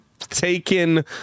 taken